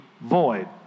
void